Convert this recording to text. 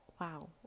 wow